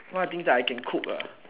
what thing that I can cook ah